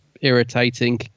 irritating